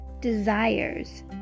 desires